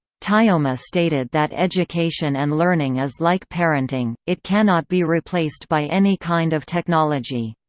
tayoma stated that education and learning is like parenting it cannot be replaced by any kind of technology.